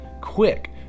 quick